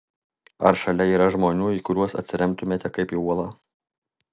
ar šalia yra žmonių į kuriuos atsiremtumėte kaip į uolą